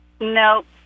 Nope